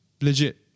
Legit